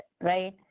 right